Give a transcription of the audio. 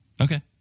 Okay